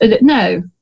no